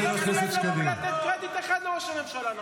אתה לא מסוגלים לבוא ולתת קרדיט אחד לראש הממשלה.